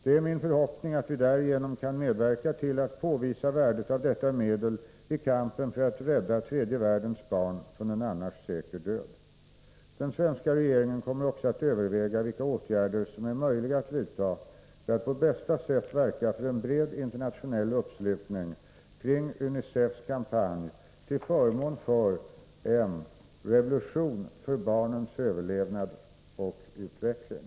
Det är min förhoppning att vi därigenom kan medverka till att påvisa värdet av detta medel i kampen för att rädda tredje världens barn från en annars säker död. Den svenska regeringen kommer också att överväga vilka åtgärder som är möjliga att vidta för att på bästa sätt verka för en bred internationell uppslutning kring UNICEF:s kampanj till förmån för en ”revolution för barnens överlevnad och utveckling”.